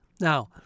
Now